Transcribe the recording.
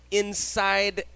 inside